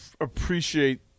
appreciate